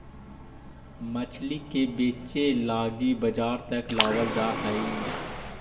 मछली के बेचे लागी बजार तक लाबल जा हई